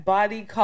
Body